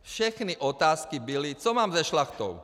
Všechny otázky byly, co mám se Šlachtou.